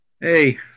Hey